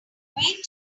wait